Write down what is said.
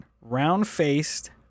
round-faced